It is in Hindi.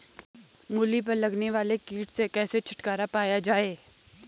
मूली पर लगने वाले कीट से कैसे छुटकारा पाया जाये?